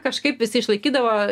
kažkaip visi išlaikydavo